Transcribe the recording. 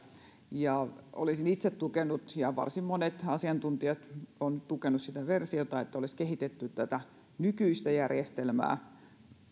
olisin itse tukenut ja varsin monet asiantuntijat ovat tukeneet sitä versiota että olisi kehitetty nykyistä järjestelmää